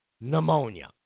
Pneumonia